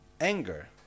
anger